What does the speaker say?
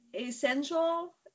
essential